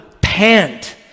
pant